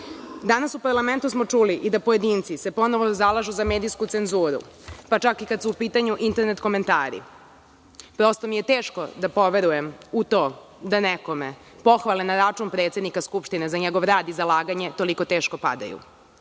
bolje. Danas u parlamentu smo čuli i da pojedinci se ponovo zalažu za medijsku cenzuru, pa čak i kada su u pitanju internet komentari. Prosto mi je teško da poverujem u to da nekome pohvale na račun predsednika Skupštine za njegov rad izalaganje toliko teško padaju.